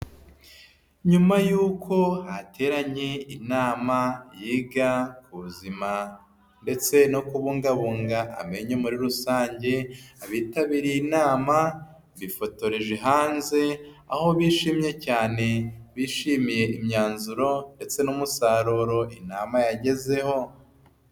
Nyuma y’uko hateranye inama yiga ku buzima ndetse no kubungabunga amenyo muri rusange, abitabiriye inama bifotoreje hanze aho bishimye cyane, bishimiye imyanzuro ndetse n'umusaruro inama yagezeho.